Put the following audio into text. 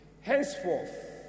Henceforth